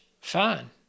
fine